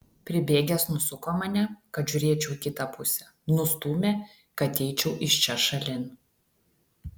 pribėgęs nusuko mane kad žiūrėčiau į kitą pusę nustūmė kad eičiau iš čia šalin